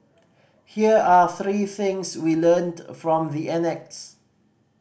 here are three things we learnt from the annex